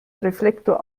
reflektor